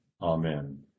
Amen